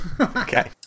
okay